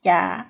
ya